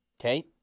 Okay